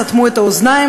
סתמו את האוזניים,